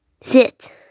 sit